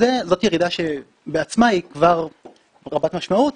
זאת ירידה שבעצמה היא כבר רבת משמעות,